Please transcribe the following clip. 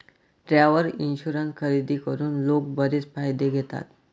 travel insurance खरेदी करून लोक बरेच फायदे घेतात